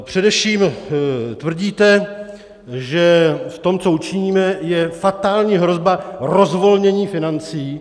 Především tvrdíte, že v tom, co učiníme, je fatální hrozba rozvolnění financí.